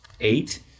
eight